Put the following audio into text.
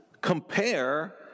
compare